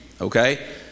okay